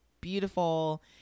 beautiful